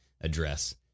address